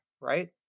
right